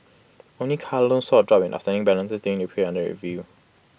only car loans saw A drop in outstanding balances during the period under review